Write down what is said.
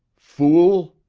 fool!